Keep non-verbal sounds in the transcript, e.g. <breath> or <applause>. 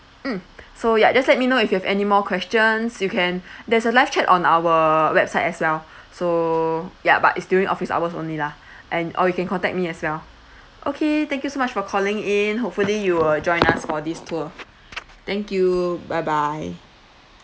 mm so ya just let me know if you have any more questions you can <breath> there's a live chat on our website as well so ya but it's during office hours only lah <breath> and or you can contact me as well okay thank you so much for calling in hopefully you will join us for this tour thank you bye bye